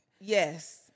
Yes